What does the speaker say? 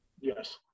Yes